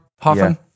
Hoffman